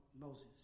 Moses